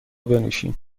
بنوشیم